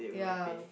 ya